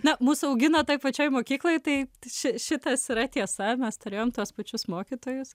na mus augino toj pačioj mokykloj tai tai čia šitas yra tiesa mes turėjom tuos pačius mokytojus